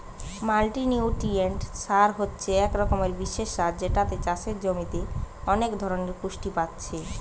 multinutrient সার হচ্ছে এক রকমের বিশেষ সার যেটাতে চাষের জমির অনেক ধরণের পুষ্টি পাচ্ছে